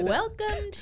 welcome